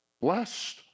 Blessed